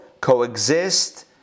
coexist